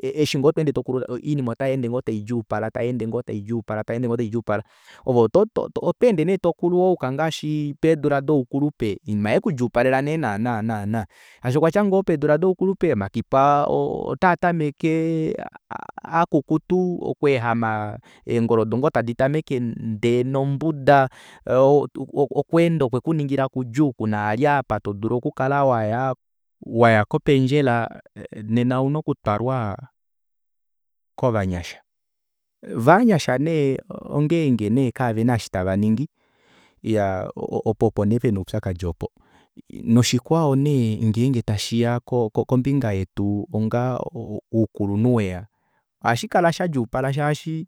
eshingoo tokulu oinima otayeende ngoo taidjuupala tayeende ngoo taidjuupala tayeende ngoo taidjuupala ove otweende neetokulu wayuka ngaashi peedula doukulupe oinima yekuduupalela nee naana naana shaashi okwatya ngoo pedula doukulupe omakipa otatameke akukutu okweehama eengolo odo ngoo taditameke ndee nombuda okweenda okwekuningila kudjuu kuna vali apa todulu okukala waya kopendjela nena ouna okutwalwa kovanyasha voo ovanyasha nee ongenge kavena eshi tavaningi iyaa opo opo nee pena oupyakadi opo noshikwao nee ngenge tashiya kombinga yetu onga oukulunhu weya ohashikala shadjuupala shaashi